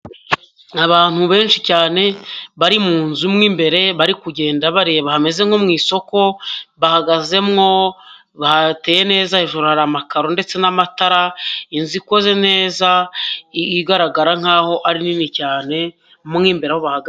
Abantu benshi cyane bari mu nzu mo imbere bari kugenda bareba hameze nko mu isoko, bahagazemo, bateye neza, hejuru hari amakaro ndetse n'amatara, inzu ikoze neza igaragara nk'aho ari nini cyane mo imbere aho bahagaze.